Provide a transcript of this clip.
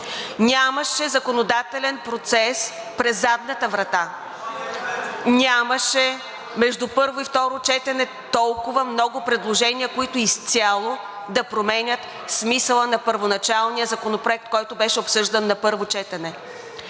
Нямаше законодателен процес през задната врата. Между първо и второ четене нямаше толкова много предложения, които изцяло да променят смисъла на първоначалния законопроект, който беше обсъждан на първо четене.